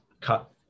cut